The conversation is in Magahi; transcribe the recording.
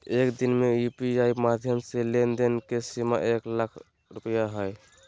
एक दिन में यू.पी.आई माध्यम से लेन देन के सीमा एक लाख रुपया हय